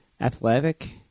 athletic